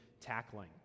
tackling